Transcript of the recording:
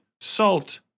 salt